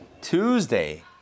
Tuesday